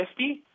50